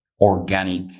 organic